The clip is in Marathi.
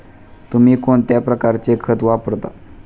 तुम्ही कोणत्या प्रकारचे खत वापरता?